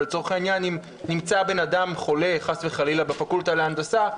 ואם לצורך העניין נמצא אדם חולה חס וחלילה בפקולטה להנדסה,